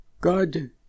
God